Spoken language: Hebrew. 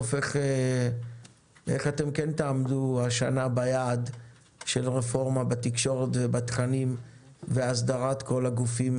ואיך כן תעמדו השנה ביעד של רפורמה בתקשורת ובתכנים והסדרת כל הגופים